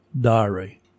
Diary